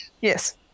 Yes